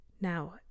Now